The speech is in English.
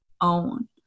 own